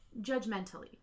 judgmentally